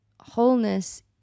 wholeness